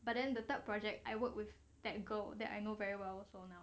but then the third project I worked with that girl that I know very well so now